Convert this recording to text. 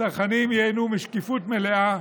הצרכנים ייהנו משקיפות מלאה,